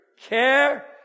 care